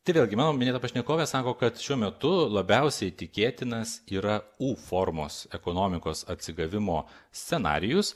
tai vėlgi mano minėta pašnekovė sako kad šiuo metu labiausiai tikėtinas yra u formos ekonomikos atsigavimo scenarijus